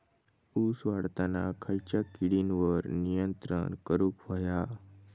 ऊस वाढताना खयच्या किडींवर नियंत्रण करुक व्हया?